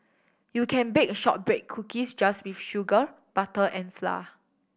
you can bake shortbread cookies just with sugar butter and flour